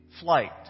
flight